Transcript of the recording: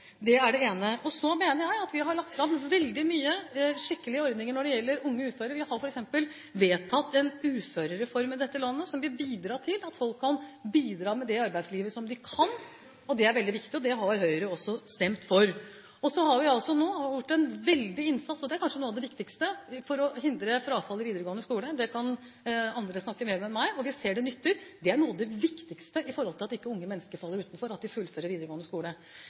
Det er det ene. Så mener jeg at vi har lagt fram veldig mange skikkelige ordninger når det gjelder unge uføre. Vi har f.eks. vedtatt en uførereform i dette landet slik at folk kan bidra så mye i arbeidslivet som de kan. Det er veldig viktig, og det har også Høyre stemt for. Så har vi altså nå gjort en stor innsats – og det er kanskje noe av det viktigste – for å hindre frafall i videregående skole. Det kan andre snakke mer om enn meg. Vi ser det nytter. Noe av det viktigste for at unge mennesker ikke faller utenfor, er at de fullfører videregående skole.